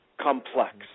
complex